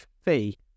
fee